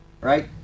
right